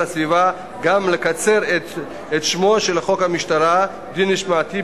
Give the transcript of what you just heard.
הסביבה גם לקצר את שמו של חוק המשטרה (דין משמעתי,